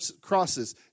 crosses